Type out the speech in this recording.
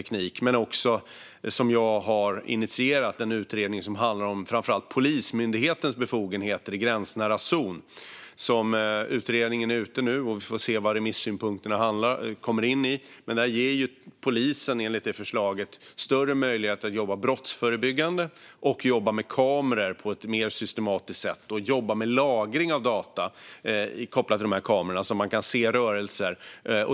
Jag har också initierat en utredning som handlar om framför allt Polismyndighetens befogenheter i gränsnära zon. Utredningen är ute på remiss, och vi får se vad remissynpunkterna blir. Förslaget ger polisen större möjlighet att jobba brottsförebyggande, jobba med kameror på ett mer systematiskt sätt och jobba med lagring av data från dessa kameror så att man kan se rörelser.